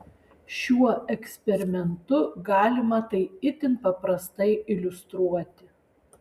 šiuo eksperimentu galima tai itin paprastai iliustruoti